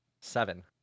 Seven